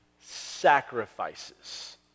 sacrifices